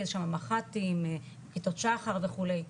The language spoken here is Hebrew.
יש שמה מחט"ים כיתות שחר וכו'.